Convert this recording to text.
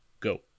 Go